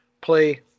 play